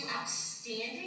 outstanding